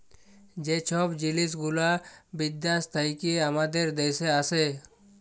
যে ছব জিলিস গুলা বিদ্যাস থ্যাইকে আমাদের দ্যাশে আসে